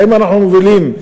האם אנחנו מבינים,